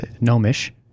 Gnomish